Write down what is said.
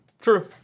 True